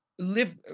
Live